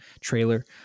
trailer